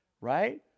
right